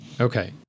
Okay